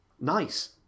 Nice